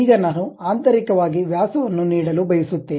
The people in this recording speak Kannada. ಈಗ ನಾನು ಆಂತರಿಕವಾಗಿ ವ್ಯಾಸವನ್ನು ನೀಡಲು ಬಯಸುತ್ತೇನೆ